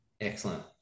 Excellent